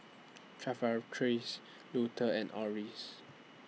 Luther and Orris